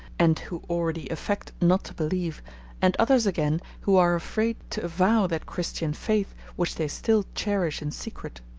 and who already affect not to believe and others, again, who are afraid to avow that christian faith which they still cherish in secret.